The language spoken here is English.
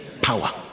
power